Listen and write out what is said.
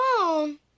phone